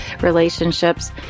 relationships